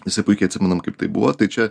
visi puikiai atsimenam kaip tai buvo tai čia